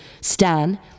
Stan